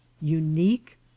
unique